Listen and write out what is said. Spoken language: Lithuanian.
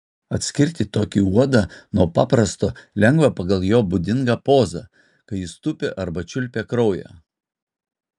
atskirti tokį uodą nuo paprasto lengva pagal jo būdingą pozą kai jis tupi arba čiulpia kraują